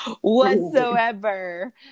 whatsoever